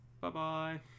bye-bye